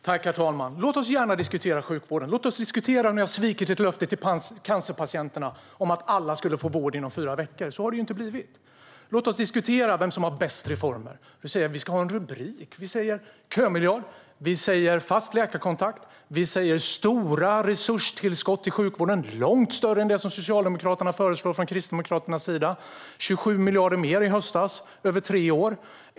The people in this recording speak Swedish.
Herr talman! Låt oss gärna diskutera sjukvården. Låt oss diskutera att ni har svikit ert löfte till cancerpatienterna om att alla skulle få vård inom fyra veckor. Så har det inte blivit. Låt oss diskutera vem som har bäst reformer. Fredrik Olovsson, du säger att vi ska ha en rubrik. Vi säger kömiljard. Vi säger fast läkarkontakt. Vi säger stora resurstillskott till sjukvården från Kristdemokraternas sida, långt större än vad Socialdemokraterna föreslår - 27 miljarder mer i höstas över tre år.